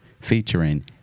featuring